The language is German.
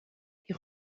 die